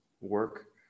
work